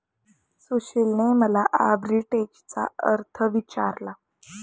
सुशीलने मला आर्बिट्रेजचा अर्थ विचारला